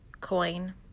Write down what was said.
Coin